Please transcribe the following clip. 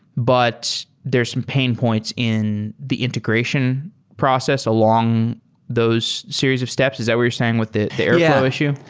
but there're some pain points in the integration process along those series of steps. is that what you're saying with the airfl yeah ow issue?